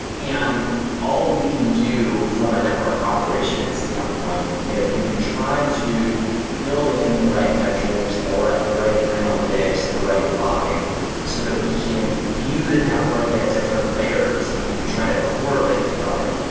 and all we can do from a network operation standpoint is we can try to build in the right metrics, the like the right analytics, the right logging so that we can view the network at different layers and we can try to correlate failure.